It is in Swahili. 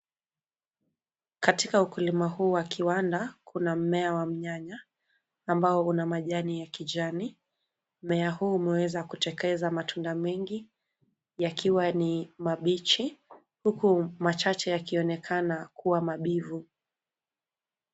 Katika ukulima huu wa kiwanda kuna mmea wa mnyanya ambao una majani ya kijani. Mmea huu umeweza kutekeza matunda mengi yakiwa ni mabichi huku machache yakionekana kuwa ni mabivu.